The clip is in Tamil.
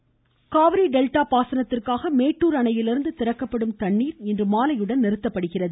மேட்டுர் காவிரி டெல்டா பாசனத்திற்காக மேட்டூர் அணையிலிருந்து திறக்கப்படும் தண்ணீர் இன்றுமாலையுடன் நிறுத்தப்படுகிறது